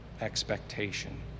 expectation